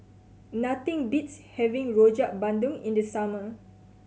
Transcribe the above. nothing beats having Rojak Bandung in the summer